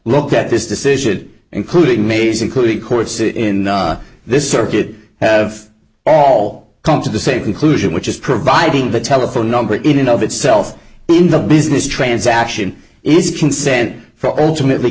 look at this decision including means including court sit in this circuit have all come to the same conclusion which is providing the telephone number in and of itself in the business transaction is consent for ultimately